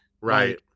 right